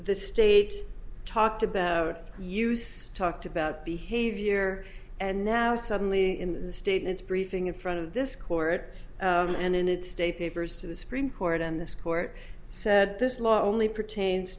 the state talked about use talked about behavior and now suddenly in the state it's briefing in front of this court and in its state papers to the supreme court and this court said this law only pertains